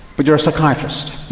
but you are psychiatrist.